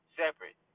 separate